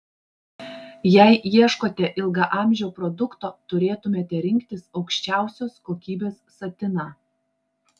jei ieškote ilgaamžio produkto turėtumėte rinktis aukščiausios kokybės satiną